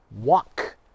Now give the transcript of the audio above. walk